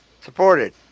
supported